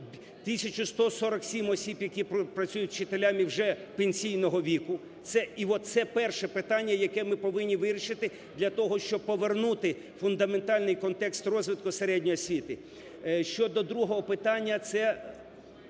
147 осіб, які працюють вчителями, вже пенсійного віку. І оце перше питання, яке ми повинні вирішити для того, щоб повернути фундаментальний контекст розвитку середньої освіти. Щодо другого питання, це?..